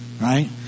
Right